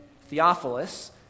Theophilus